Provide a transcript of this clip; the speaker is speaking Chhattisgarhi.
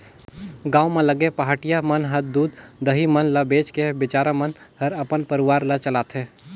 गांव म लगे पहाटिया मन ह दूद, दही मन ल बेच के बिचारा मन हर अपन परवार ल चलाथे